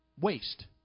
waste